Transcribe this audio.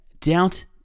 doubt